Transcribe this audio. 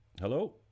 Hello